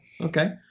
Okay